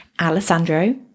Alessandro